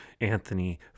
Anthony